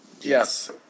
Yes